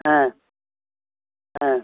ஆ ஆ